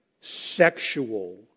sexual